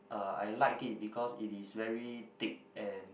uh I like it because it is very thick and